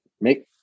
make